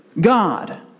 God